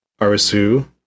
Arisu